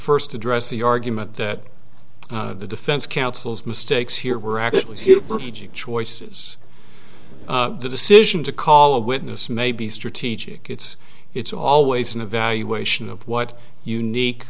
first address the argument that the defense counsel's mistakes here were actually choices the decision to call a witness may be strategic it's it's always an evaluation of what unique